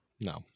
No